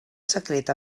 secret